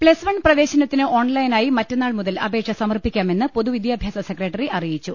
plus one പ്രവേശനത്തിന് ഓൺലൈനായി മറ്റന്നാൾ മുതൽ അപേക്ഷ സമർപ്പിക്കാമെന്ന് പൊതുവിദ്യാഭ്യാസ സെക്രട്ടറി അറി യിച്ചു